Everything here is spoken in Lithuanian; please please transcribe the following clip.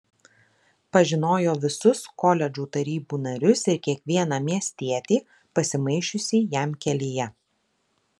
pažinojo visus koledžų tarybų narius ir kiekvieną miestietį pasimaišiusį jam kelyje